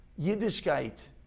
Yiddishkeit